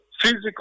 physical